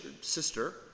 sister